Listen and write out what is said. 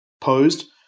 posed